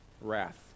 wrath